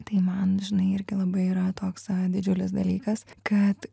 tai man žinai irgi labai yra toks didžiulis dalykas kad